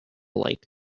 like